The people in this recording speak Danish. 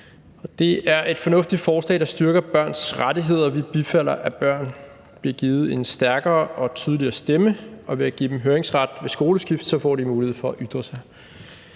Det er et fornuftigt forslag, der styrker børns rettigheder, og vi bifalder, at børn bliver givet en stærkere og tydeligere stemme, og ved at give dem høringsret ved skoleskift får de mulighed for at ytre sig.